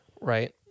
Right